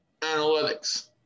analytics